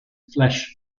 flash